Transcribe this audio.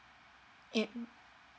it